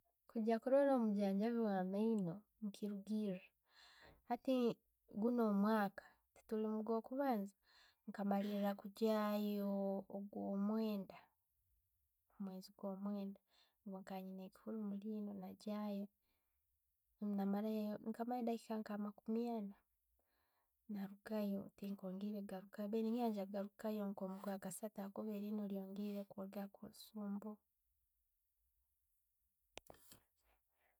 Kwijja kurora omujjanjjabi owa'mayiino, nekurugiira. Hati guno omwaka, tuli mugwokubanza, nkagyayo okumwenda, omuwezi gwo mwenda, nkaba niina ekihhuro mullino, nkamarayo nkamarayo edakkika nka makumi ana narugayo. Tinkayongeire okarukaayo, ngiira nyakukagurako nka okwakasaatu ahakuba eriino bwereyongeire kwongera kunsumbuwa.